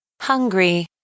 Hungry